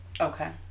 okay